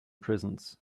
prisons